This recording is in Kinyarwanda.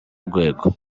rwego